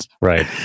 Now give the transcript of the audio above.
Right